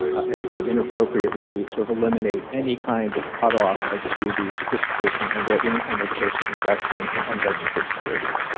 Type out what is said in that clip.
i think it would inappropriately sort of eliminate any kind of cutoff as to the sophistication and or income of the person investing in unregistered securities.